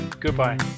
Goodbye